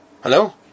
Hello